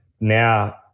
now